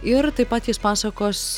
ir taip pat jis pasakos